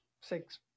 six